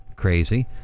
crazy